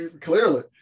Clearly